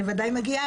אני וודאי מגיעה,